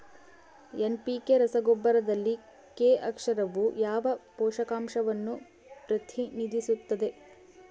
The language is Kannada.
ಎನ್.ಪಿ.ಕೆ ರಸಗೊಬ್ಬರದಲ್ಲಿ ಕೆ ಅಕ್ಷರವು ಯಾವ ಪೋಷಕಾಂಶವನ್ನು ಪ್ರತಿನಿಧಿಸುತ್ತದೆ?